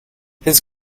his